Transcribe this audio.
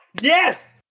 Yes